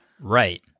Right